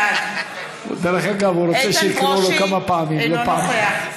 הוא רוצה שיקראו לו כמה פעמים ולא פעם אחת.